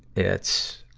it's,